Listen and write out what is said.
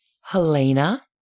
Helena